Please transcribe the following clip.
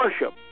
worship